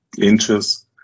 inches